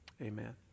amen